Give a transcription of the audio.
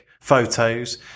photos